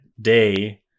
day